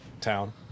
town